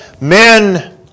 men